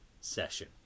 session